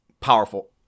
powerful